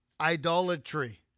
idolatry